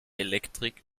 elektrik